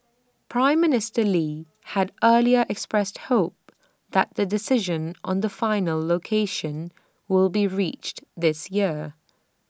Prime Minister lee had earlier expressed hope that the decision on the final location will be reached this year